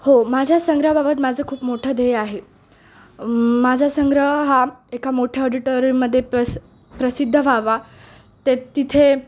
हो माझ्या संग्रहाबाबत माझं खूप मोठं ध्येय आहे माझा संग्रह हा एका मोठ्या ऑडिटोरियममध्ये प्रस प्रसिद्ध व्हावा ते तिथे